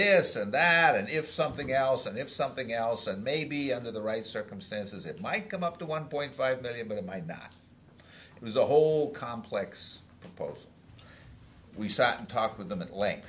this and that and if something else and if something else and maybe under the right circumstances it might come up to one point five billion but it might not there's a whole complex post we sat and talked with them a